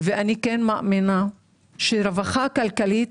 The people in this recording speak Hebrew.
ואני כן מאמינה שרווחה כלכלית